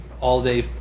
all-day